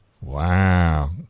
wow